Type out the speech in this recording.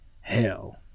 hell